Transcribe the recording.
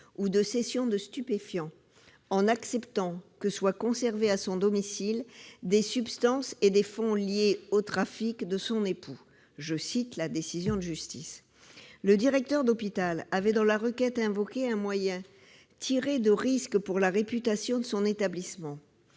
ou de cession de stupéfiants, « en acceptant que soient conservés à son domicile des substances et des fonds liés au trafic » de son époux. Le directeur d'hôpital avait, dans la requête, invoqué un moyen tiré de risques pour la réputation de son établissement.